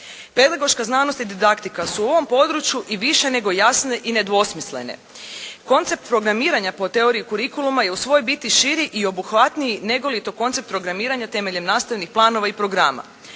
Pedagoška znanost i didaktika su u ovom području i više nego jasne i nedvosmislene. Koncept programiranja po teoriji kurikuluma je u svojoj biti širi i obuhvatniji nego li je to koncept programiranja temeljem nastavnih planova i programa.